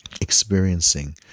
Experiencing